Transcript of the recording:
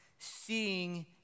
seeing